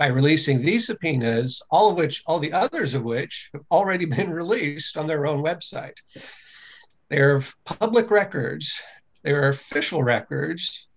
by releasing these subpoenas all of which all the others of which already been released on their own website their public records their official records